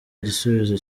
igisubizo